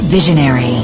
Visionary